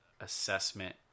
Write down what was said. assessment